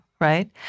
right